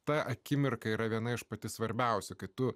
tą akimirką yra viena iš pati svarbiausia kad tu